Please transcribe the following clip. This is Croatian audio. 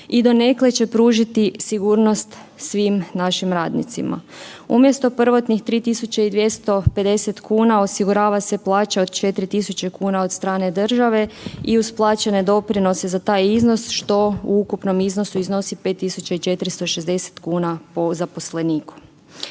i donekle će pružiti sigurnost svim našim radnicima. Umjesto prvotnih 3.250,00 kn osigurava se plaća od 4.000,00 kn od strane države i uz plaćene doprinose za taj iznos, što u ukupnom iznosu iznosi 5.460,00 kn po zaposleniku.